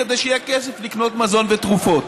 כדי שיהיה כסף לקנות מזון ותרופות.